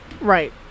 Right